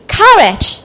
courage